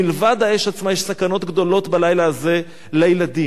מלבד האש עצמה, יש סכנות גדולות בלילה הזה לילדים.